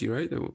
Right